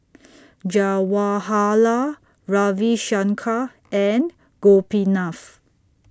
Jawaharlal Ravi Shankar and Gopinath